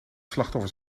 slachtoffer